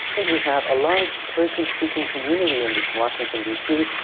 and we have a large persian speaking community in the washington, dc,